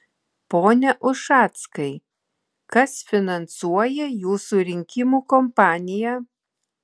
pone ušackai kas finansuoja jūsų rinkimų kompaniją